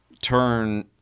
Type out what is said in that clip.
turn